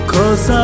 Cause